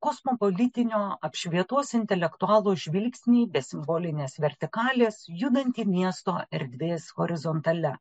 kosmopolitinio apšvietos intelektualo žvilgsnį be simbolinės vertikalės judantį miesto erdvės horizontalia